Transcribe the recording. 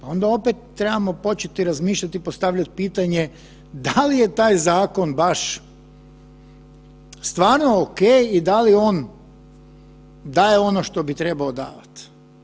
Onda opet trebamo početi razmišljati i postavljati pitanje, da li je taj zakon baš stvarno ok i da li on daje ono što bi trebao davati.